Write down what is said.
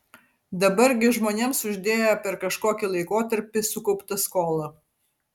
dabar gi žmonėms uždėjo per kažkokį laikotarpį sukauptą skolą